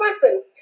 person